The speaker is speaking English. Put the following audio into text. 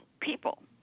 people